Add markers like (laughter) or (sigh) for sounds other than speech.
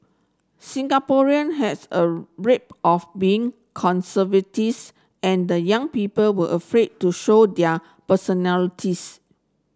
Singaporean has a rep of being (unintelligible) and young people were afraid to show their personalities